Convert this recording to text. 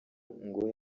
ngo